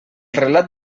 relat